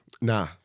nah